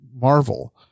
marvel